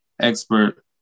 expert